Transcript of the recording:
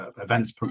events